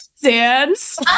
dance